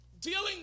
dealing